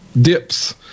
dips